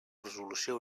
resolució